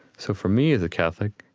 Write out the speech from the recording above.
so for me, as a catholic,